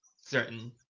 certain